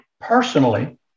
personally